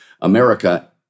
America